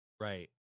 Right